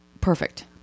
perfect